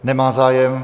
Nemá zájem.